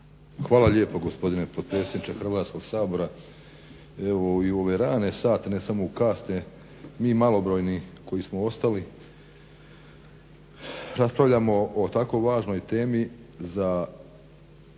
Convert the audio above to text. Hvala lijepo gospodine potpredsjedniče Hrvatskoga sabora. Evo i u ove rane sate, ne samo u kasne mi malobrojni koji smo ostali raspravljamo o tako važnoj temi za